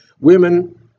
Women